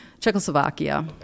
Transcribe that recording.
Czechoslovakia